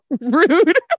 rude